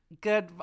good